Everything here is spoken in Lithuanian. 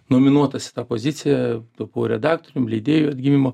nominuotas į tą poziciją tapau redaktorium lydėju atgimimu